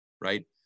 right